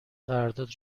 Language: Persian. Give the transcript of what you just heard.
قرارداد